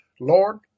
Lord